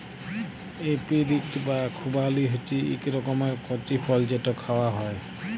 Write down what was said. apricot বা খুবালি হছে ইক রকমের কঁচি ফল যেট খাউয়া হ্যয়